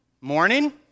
morning